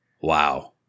Wow